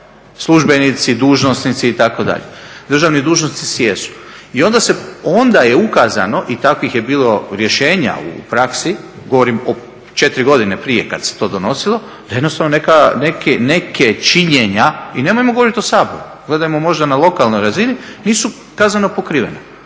službenici, dužnosnici itd. Državni dužnosnici jesu. I onda je ukazano i takvih je bilo rješenja u praksi. Govorim o četiri godine prije kad se to donosilo, da jednostavno neke činjenja i nemojmo govoriti o Saboru. Gledajmo možda na lokalnoj razini nisu kazneno pokriveni